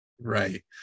Right